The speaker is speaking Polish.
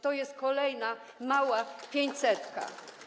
To jest kolejna mała pięćsetka.